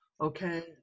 Okay